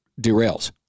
derails